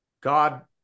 God